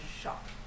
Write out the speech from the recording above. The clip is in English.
Shock